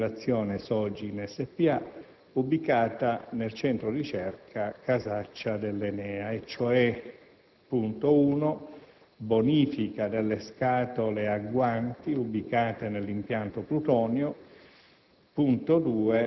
l'area disattivazione SOGIN Spa, ubicata nel centro ricerca Casaccia dell'ENEA: la bonifica delle scatole a guanti ubicate nell'impianto Plutonio